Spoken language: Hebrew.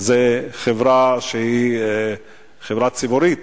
זו חברה שהיא חברה ציבורית,